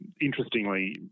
Interestingly